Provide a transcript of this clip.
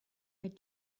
had